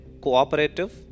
cooperative